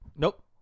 Nope